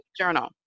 journal